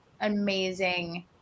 amazing